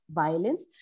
violence